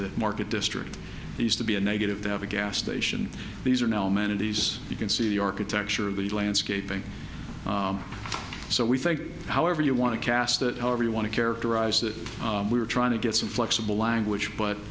the market district these to be a negative they have a gas station these are now amenities you can see the architecture of the landscaping so we think however you want to cast it however you want to characterize that we are trying to get some flexible language but